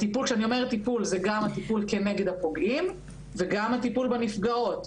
כשאני אומרת טיפול זה גם הטיפול כנגד הפוגעים וגם הטיפול בנפגעות,